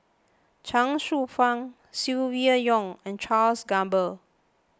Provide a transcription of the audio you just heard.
Chuang Hsueh Fang Silvia Yong and Charles Gamba